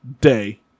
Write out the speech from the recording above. day